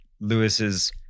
Lewis's